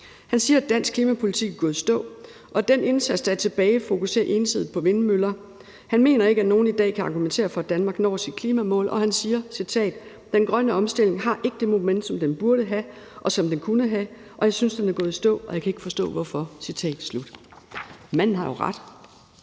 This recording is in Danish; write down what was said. Han siger, at dansk klimapolitik er gået i stå, og den indsats, der er tilbage, fokuserer ensidigt på vindmøller. Han mener ikke, at nogen i dag kan argumentere for, at Danmark når sit klimamål, og han siger: »Den grønne omstilling har ikke det momentum, den burde have, og som den kunne have. Jeg synes, at den er gået i stå, og jeg kan ikke forstå hvorfor«. Kl. 12:48 Manden har jo ret.